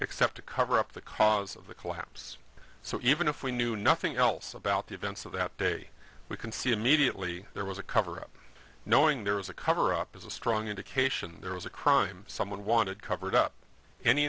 except to cover up the cause of the collapse so even if we knew nothing else about the events of that day we can see immediately there was a cover up knowing there was a cover up is a strong indication there was a crime someone wanted